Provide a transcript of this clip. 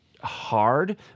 hard